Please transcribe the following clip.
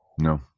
No